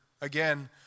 again